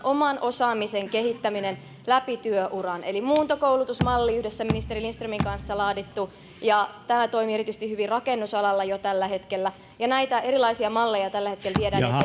oman osaamisen kehittäminen läpi työuran eli muuntokoulutusmalli on yhdessä ministeri lindströmin kanssa laadittu ja tämä toimii erityisen hyvin rakennusalalla jo tällä hetkellä näitä erilaisia malleja tällä hetkellä viedään eteenpäin ja tämä on